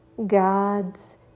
God's